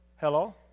Hello